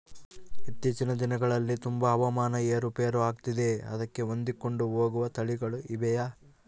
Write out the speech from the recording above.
ಇತ್ತೇಚಿನ ದಿನಗಳಲ್ಲಿ ತುಂಬಾ ಹವಾಮಾನ ಏರು ಪೇರು ಆಗುತ್ತಿದೆ ಅದಕ್ಕೆ ಹೊಂದಿಕೊಂಡು ಹೋಗುವ ತಳಿಗಳು ಇವೆಯಾ?